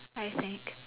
I think